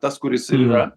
tas kuris yra